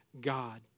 God